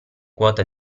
quota